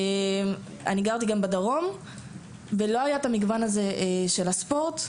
לא היה את המגוון הזה של הספורט,